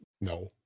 no